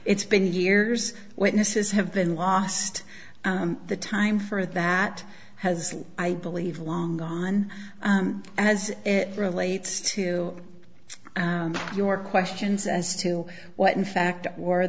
it's been years witnesses have been lost the time for that has i believe long gone as it relates to your questions as to what in fact